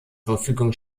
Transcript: verfügung